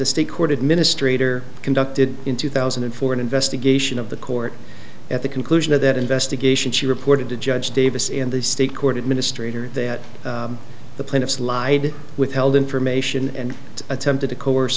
the state court administrator conducted in two thousand and four an investigation of the court at the conclusion of that investigation she reported to judge davis in the state court administrator that the plaintiffs lied withheld information and attempted to coerce